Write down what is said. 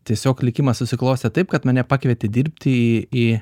tiesiog likimas susiklostė taip kad mane pakvietė dirbti į